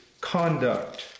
conduct